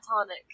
tonic